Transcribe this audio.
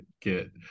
get